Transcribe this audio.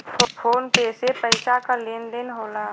phone पे से पइसा क लेन देन होला